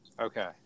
Okay